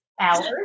hours